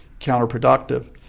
counterproductive